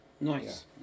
Nice